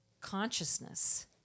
consciousness